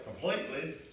completely